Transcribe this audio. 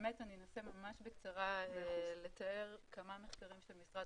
באמת אני אנסה ממש בקצרה לתאר כמה מחקרים של משרד